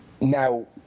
Now